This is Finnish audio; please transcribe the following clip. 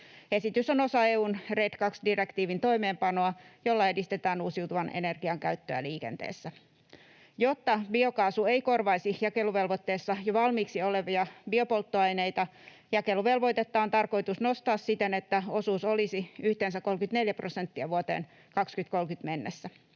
Esitys on osa EU:n RED II ‑direktiivin toimeenpanoa, jolla edistetään uusiutuvan energian käyttöä liikenteessä. Jotta biokaasu ei korvaisi jakeluvelvoitteessa jo valmiiksi olevia biopolttoaineita, jakeluvelvoitetta on tarkoitus nostaa siten, että osuus olisi yhteensä 34 prosenttia vuoteen 2030 mennessä.